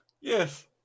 Yes